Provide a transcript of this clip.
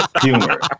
Humor